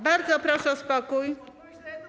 Bardzo proszę o spokój.